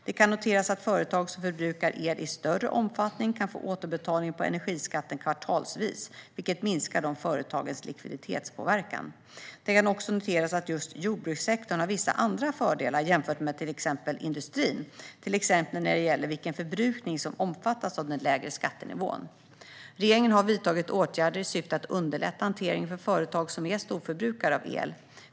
Det kan noteras att företag som förbrukar el i större omfattning kan få återbetalning på energiskatten kvartalsvis, vilket minskar dessa företags likviditetspåverkan. Det kan också noteras att just jordbrukssektorn har vissa andra fördelar jämfört med exempelvis industrin, till exempel när det gäller vilken förbrukning som omfattas av den lägre skattenivån. Regeringen har vidtagit åtgärder i syfte att underlätta hanteringen för företag som är storförbrukare av el.